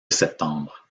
septembre